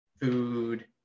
food